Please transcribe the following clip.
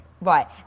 Right